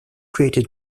created